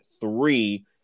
three